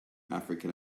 african